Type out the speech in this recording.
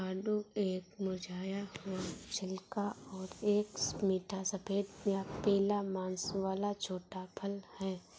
आड़ू एक मुरझाया हुआ छिलका और एक मीठा सफेद या पीला मांस वाला छोटा फल है